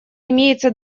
имеется